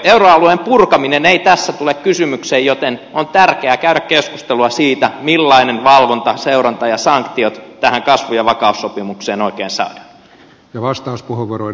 euroalueen purkaminen ei tässä tule kysymykseen joten on tärkeää käydä keskustelua siitä millainen valvonta seuranta ja sanktiot tähän kasvu ja vakaussopimukseen oikein saadaan